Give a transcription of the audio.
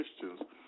Christians